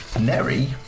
Neri